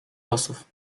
losów